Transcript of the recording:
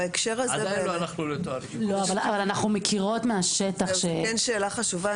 זו כן שאלה חשובה.